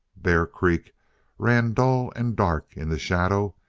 bear creek ran dull and dark in the shadow,